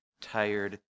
tired